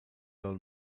old